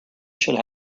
should